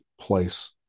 place